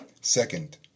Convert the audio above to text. second